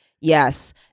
Yes